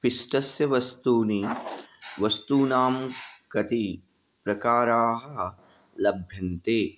पिष्टस्य वस्तूनि वस्तूनां कति प्रकाराः लभ्यन्ते